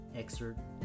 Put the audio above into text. excerpt